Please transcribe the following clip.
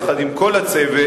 יחד עם כל הצוות,